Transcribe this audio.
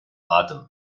atem